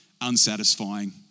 unsatisfying